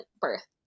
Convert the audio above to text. birth